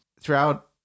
throughout